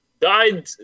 died